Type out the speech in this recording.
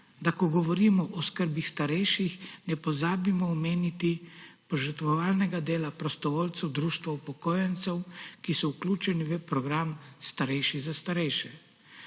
da ko govorimo o oskrbi starejših, ne pozabimo omeniti požrtvovalnega dela prostovoljcev, društev upokojencev, ki so vključeni v program Starejši za starejše.